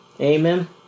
Amen